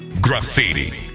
Graffiti